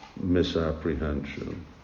misapprehension